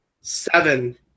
seven